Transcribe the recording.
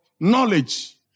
knowledge